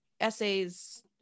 essays